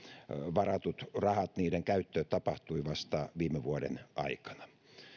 varattujen rahojen käyttö tapahtui vasta viime vuoden aikana